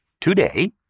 Today